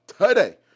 today